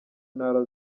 ntara